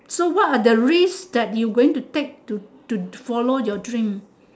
so what are the risk that you going to take to to follow your dreams